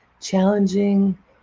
challenging